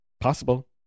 Possible